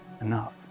enough